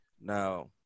Now